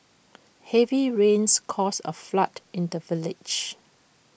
heavy rains caused A flood in the village